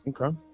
Okay